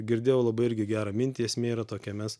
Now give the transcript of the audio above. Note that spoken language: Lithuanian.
girdėjau labai irgi gerą mintį esmė yra tokia mes